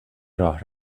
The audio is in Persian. راه